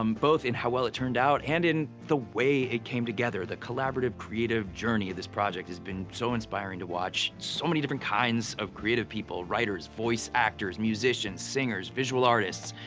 um both in how well it turned out and in the way it came together. the collaborative, creative journey of this project has been so inspiring to watch. so many different kinds of creative people writers, voice actors, musicians, singers, visual artists,